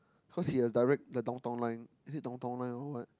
cause he a direct Downtown Line is it Downtown Line or what